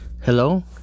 Hello